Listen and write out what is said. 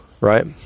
right